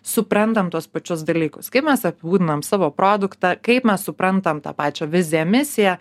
suprantam tuos pačius dalykus kaip mes apibūdinam savo produktą kaip mes suprantam tą pačią viziją misiją